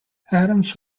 adams